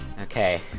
Okay